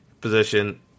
position